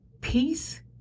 Peace